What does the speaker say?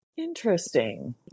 Interesting